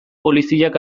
poliziak